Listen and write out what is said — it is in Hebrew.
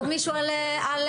עוד מישהו על רובוטים?